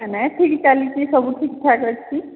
ନାଇଁ ଠିକ୍ ଚାଲିଛି ସବୁ ଠିକ୍ ଠାକ୍ ଅଛି